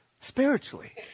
spiritually